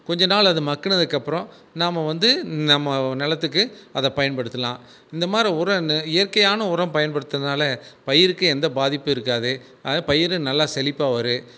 கொஞ்சம் நாள் அது மக்கினத்துக்கு அப்புறம் நம்ம வந்து நம்ம நிலத்துக்கு அதை பயன்படுத்தலாம் இந்தமாதிரி உரம் இயற்கையான உரம் பயன்படுத்தினாலே பயிருக்கு எந்த பாதிப்பும் இருக்காது ஆக பயிரும் நல்லா செழிப்பாக வரும்